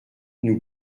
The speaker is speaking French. nous